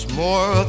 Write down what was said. more